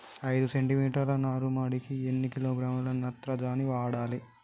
ఐదు సెంటిమీటర్ల నారుమడికి ఎన్ని కిలోగ్రాముల నత్రజని వాడాలి?